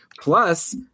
Plus